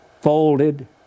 folded